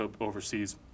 overseas